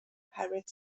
oherwydd